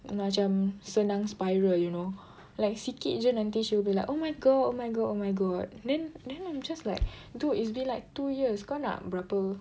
no lah macam senang spiral you know like sikit jer nanti she will be like oh my god oh my god oh my god then then I'm just like dude it's been like two years kau nak berapa